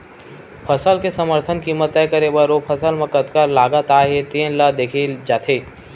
फसल के समरथन कीमत तय करे बर ओ फसल म कतका लागत आए हे तेन ल देखे जाथे